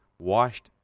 washed